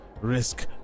risk